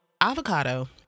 avocado